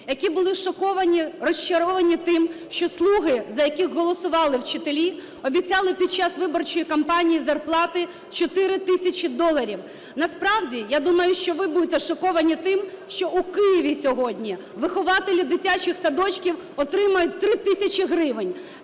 які були шоковані, розчаровані тим, що "слуги", за яких голосували вчителі, обіцяли під час виборчої кампанії зарплати 4 тисячі доларів. Насправді, я думаю, що ви будете шоковані тим, що у Києві сьогодні вихователі дитячих садочків отримують 3 тисячі гривень.